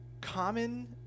Common